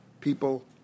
people